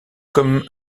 comme